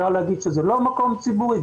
יכול להגיד שזה לא מקום ציבורי,